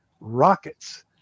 rockets